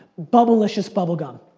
bubblicious bubble gum,